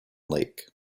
lake